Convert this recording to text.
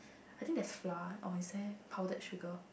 I think there's flour or is there powdered sugar